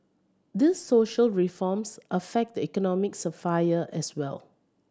these social reforms affect the economic sphere as well